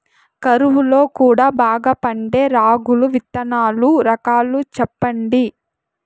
కరువు లో కూడా బాగా పండే రాగులు విత్తనాలు రకాలు చెప్పండి?